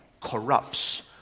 corrupts